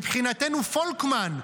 מבחינתנו פולקמן,